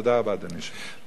תודה רבה, אדוני היושב-ראש.